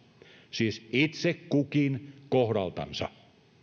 siis itse kukin kohdaltansa